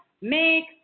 make